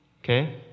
Okay